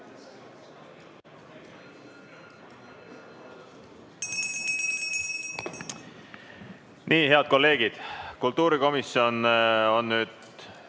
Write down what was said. Nii, head kolleegid, kultuurikomisjon on nüüd